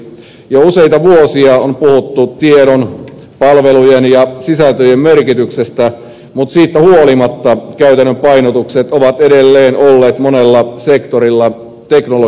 jo useita vuosia on puhuttu tiedon palvelujen ja sisältöjen merkityksestä mutta siitä huolimatta käytännön painotukset ovat edelleen olleet monella sektorilla teknologiapainotteisia